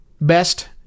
Best